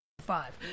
five